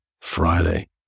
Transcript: Friday